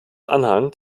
anhang